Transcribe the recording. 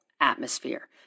atmosphere